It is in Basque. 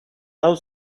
lau